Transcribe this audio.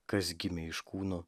kas gimė iš kūno